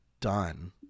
done